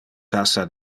tassa